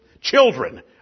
children